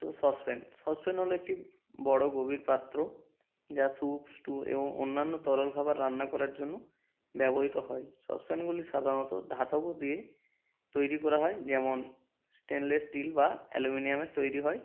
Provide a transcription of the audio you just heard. তো saucepan saucepan হলো একটি বড়ো গভীর পাত্র যা সুপ স্টু এবং অন্যান্য তরল খাবার রান্না করার জন্য ব্যবহৃত হয় সসপ্যানগুলি সাধারণত ধাতব দিয়ে তৈরি করা হয় যেমন স্টেনলেস স্টিল বা অ্যালুমিনিয়ামের তৈরি হয়